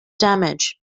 damage